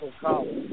College